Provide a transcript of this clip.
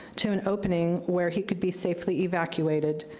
to an opening where he could be safely evacuated.